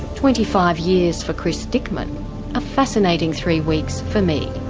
twenty five years for chris dickman a fascinating three weeks for me.